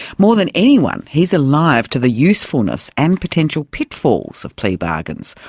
more than anyone, he's alive to the usefulness and potential pitfalls of plea bargains,